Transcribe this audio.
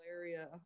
area